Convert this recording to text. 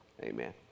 Amen